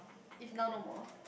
if now no more